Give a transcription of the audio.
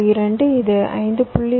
2 இது 5